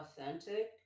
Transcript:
authentic